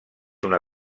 una